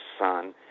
son